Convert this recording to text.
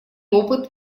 опыт